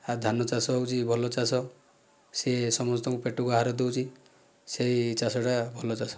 ଆଉ ଧାନ ଚାଷ ହେଉଛି ଭଲ ଚାଷ ସିଏ ସମସ୍ତଙ୍କ ପେଟକୁ ଆହାର ଦେଉଛି ସେଇ ଚାଷ ଟା ଭଲ ଚାଷ